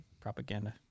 propaganda